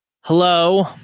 Hello